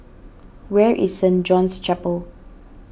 where is Saint John's Chapel